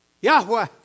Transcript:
Yahweh